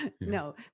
No